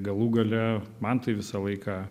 galų gale man tai visą laiką